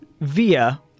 via